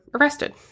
arrested